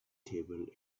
table